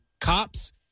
Cops